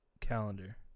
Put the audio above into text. calendar